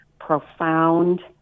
profound